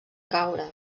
caure